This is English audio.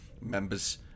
members